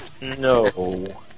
No